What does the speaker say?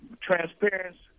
Transparency